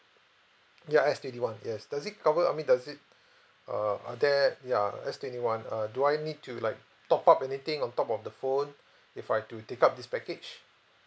ya S twenty one yes does it cover I mean does it uh are there ya S twenty one uh do I need to like top up anything on top of the phone if I've to take up this package